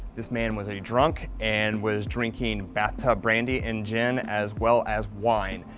this man was a drunk and was drinking bathtub brandy and gin as well as wine.